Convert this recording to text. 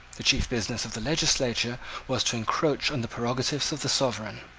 the chief business of the legislature was to encroach on the prerogatives of the sovereign.